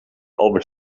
albert